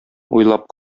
уйлап